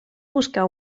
buscar